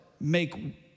make